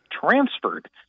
transferred